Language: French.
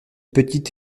petite